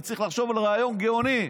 אני צריך לחשוב על רעיון גאוני,